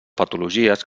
patologies